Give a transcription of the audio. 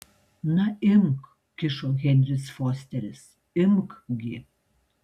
na imk kišo henris fosteris imk gi